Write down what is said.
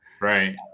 right